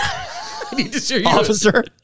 Officer